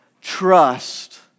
trust